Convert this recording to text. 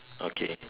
okay